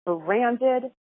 branded